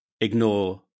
ignore